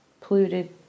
polluted